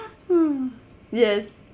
hmm yes